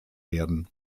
werden